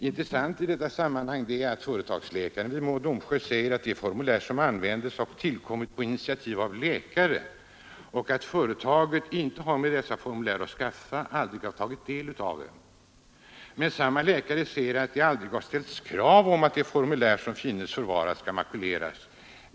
Intressant i detta sammanhang är att företagsläkaren vid Mo och Domsjö säger att de formulär som används har tillkommit på initiativ av läkare och att företaget inte har med dessa formulär att skaffa och aldrig tagit del av dem. Samma läkare säger att det aldrig har ställts krav på att de formulär som finns förvarade skall makuleras.